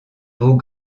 beau